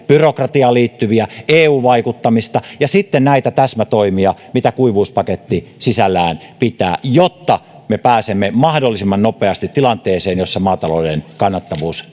byrokratiaan liittyviä eu vaikuttamista ja sitten näitä täsmätoimia mitä kuivuuspaketti sisällään pitää jotta me pääsemme mahdollisimman nopeasti tilanteeseen jossa maatalouden kannattavuus